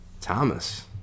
thomas